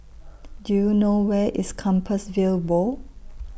Do YOU know Where IS Compassvale Bow